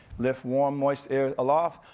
lift warm moist air aloft,